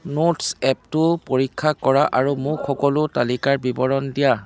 notes এপ্টো পৰীক্ষা কৰা আৰু মোক সকলো তালিকাৰ বিৱৰণ দিয়া